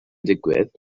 digwydd